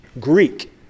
Greek